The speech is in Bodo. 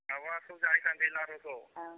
माबाखौ जाहैथारसै लारुखौ